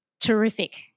Terrific